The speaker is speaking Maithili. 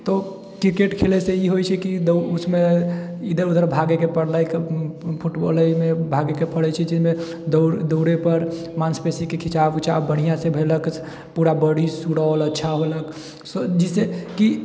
तऽ क्रिकेट खेले से ई होइ छै कि दौड़े उसमे इधर उधर भागेके पड़लै फुटबॉल एहिमे भागेके पड़ै छै जाहिमे दौड़ै पर मांशपेशीके खिचाव उचाव बढ़िऑं से भेलक पूरा बॉडी सुडौल अच्छा होलक जैसे कि